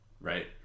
Right